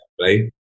play